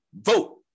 vote